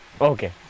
Okay